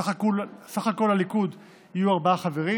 ובסך הכול לליכוד יהיו ארבעה חברים.